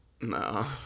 No